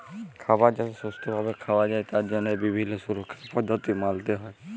খাবার যাতে সুস্থ ভাবে খাওয়া যায় তার জন্হে বিভিল্য সুরক্ষার পদ্ধতি মালতে হ্যয়